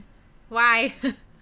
why